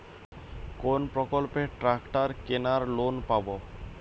কোন প্রকল্পে ট্রাকটার কেনার লোন পাব?